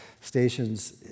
stations